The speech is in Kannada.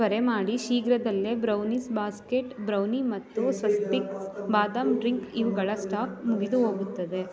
ತ್ವರೆ ಮಾಡಿ ಶೀಘ್ರದಲ್ಲೇ ಬ್ರೌನೀಸ್ ಬಾಸ್ಕೆಟ್ ಬ್ರೌನಿ ಮತ್ತು ಸ್ವಸ್ತಿಕ್ ಬಾದಾಮ್ ಡ್ರಿಂಕ್ ಇವುಗಳ ಸ್ಟಾಕ್ ಮುಗಿದು ಹೋಗುತ್ತದೆ